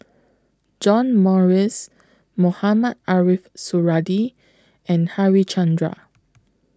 John Morrice Mohamed Ariff Suradi and Harichandra